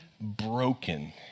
broken